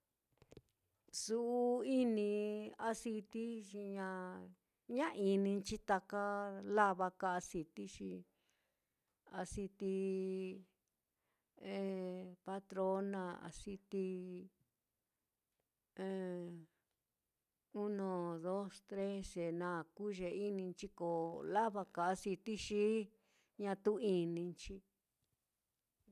Su'u ini aciti xi ña ña ininchi taka lavaka aciti xi aciti atrona, aciti uno, dos, tres, ye naá nuu ye ininchi, ko lava ka aciti xi ñatu ininchi.